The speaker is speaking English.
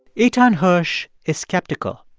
eitan hersh is skeptical,